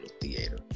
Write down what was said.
Theater